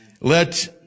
Let